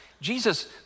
Jesus